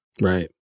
Right